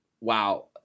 Wow